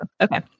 Okay